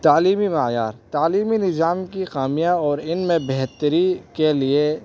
تعلیمی معیار تعلیمی نظام کی خامیاں اور ان میں بہتری کے لیے